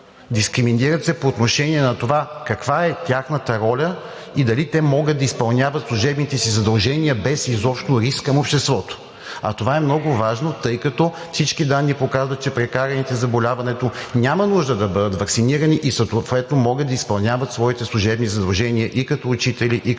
Дискриминират се по отношение на това каква е тяхната роля и дали те могат да изпълняват служебните си задължения без изобщо риск към обществото. А това е много важно, тъй като всички данни показват, че прекаралите заболяването няма нужда да бъдат ваксинирани и съответно могат да изпълняват своите служебни задължения и като учители, и като лекари.